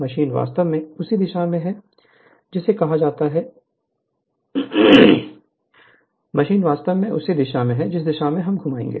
machine वास्तव में उसी दिशा में जिसे कहा जाता है में घुमाएगी